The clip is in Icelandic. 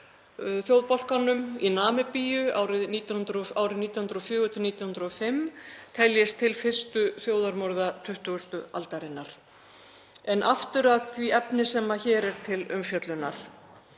Namaqua-þjóðbálknum í Namibíu árin 1904–1905 teljist til fyrstu þjóðarmorða 20. aldarinnar. En aftur að því efni sem hér er til umfjöllunar.